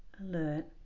alert